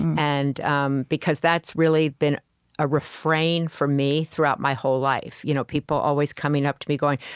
and um because that's really been a refrain for me throughout my whole life, you know people always coming up to me, going,